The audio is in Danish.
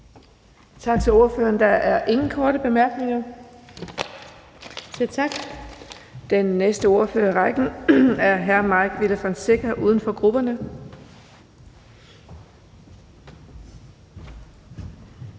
Tak til ordføreren. Der er ingen korte bemærkninger. Den næste ordfører i rækken er hr. Mike Villa Fonseca, uden for grupperne. Kl.